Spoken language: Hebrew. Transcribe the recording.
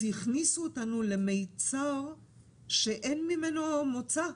אז הכניסו אותנו למיצר שאין ממנו מוצא.